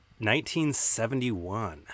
1971